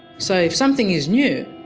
so if something is new,